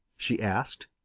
she asked.